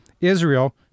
Israel